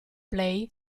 play